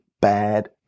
bad